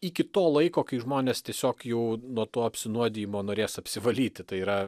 iki to laiko kai žmonės tiesiog jau nuo to apsinuodijimo norės apsivalyti tai yra